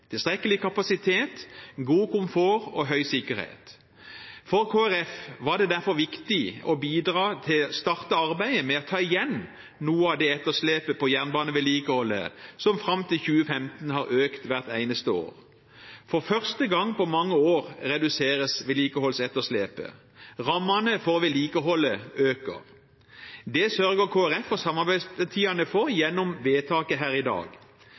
tilstrekkelig kapasitet, god komfort og høy sikkerhet. For Kristelig Folkeparti var det derfor viktig å bidra til å starte arbeidet med å ta igjen noe av det etterslepet på jernbanevedlikeholdet som fram til 2015 har økt hvert eneste år. For første gang på mange år reduseres vedlikeholdsetterslepet. Rammene for vedlikeholdet øker. Det sørger Kristelig Folkeparti og samarbeidspartiene for gjennom vedtaket her i dag.